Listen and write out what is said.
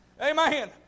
Amen